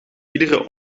iedere